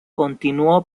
continuó